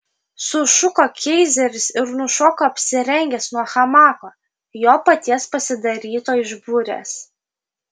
sušuko keizeris ir nušoko apsirengęs nuo hamako jo paties pasidaryto iš burės